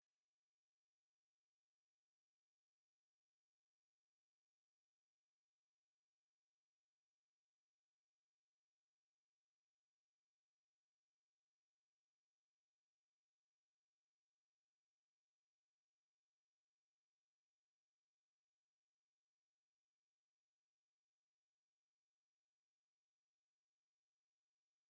Iyu ushaka kwigisha umwana ukiri muto ukoresha imfashanyigisho igaragara kugira ngo abashe kubyumva neza, ntiwabasha kumwigisha utabifite kuko iyo ubimwereka abasha kubifata mu mutwe n'ejo wabimusubirishamo akaba akibyibuka neza. Barezi rero mwigishe incuke mwifashisha imfashanyigisho igaragara mu maso yabo.